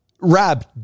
Rab